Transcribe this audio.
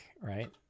right